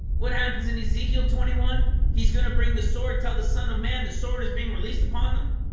what happens in ezekiel twenty one, he's going to bring the sword tell the son of man. the sword is being released upon them